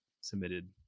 submitted